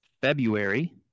February